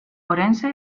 orense